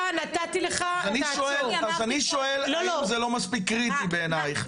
אז אני שואל האם זה לא מספיק קריטי בעינייך.